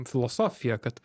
filosofija kad